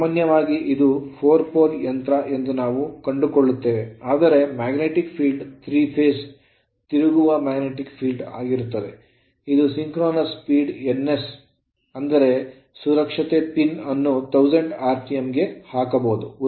ಸಾಮಾನ್ಯವಾಗಿ ಇದು 4 pole ಯಂತ್ರ ಎಂದು ನಾವು ಕಂಡುಕೊಳ್ಳುತ್ತೇವೆ ಆದರೆ magnetic field 3 phase ತಿರುಗುವ magnetic field ಆಗಿರುತ್ತದೆ ಇದು ಸಿಂಕ್ರೋನಸ್ ಸ್ಪೀಡ್ ns ನಲ್ಲಿರುತ್ತದೆ ಅಂದರೆ ಸುರಕ್ಷತೆ ಪಿನ್ ಅನ್ನು 1000 RPM ಹಾಕಬಹುದು ಉದಾಹರಣೆಗೆ